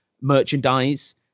merchandise